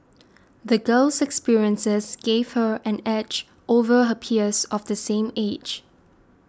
the girl's experiences gave her an edge over her peers of the same age